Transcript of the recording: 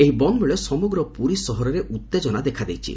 ଏହି ବନ୍ଦ ବେଳେ ସମଗ୍ର ପୁରୀ ସହରରେ ଉଉେଜନା ଦେଖାଦେଇଛି